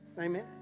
Amen